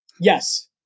Yes